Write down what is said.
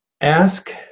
Ask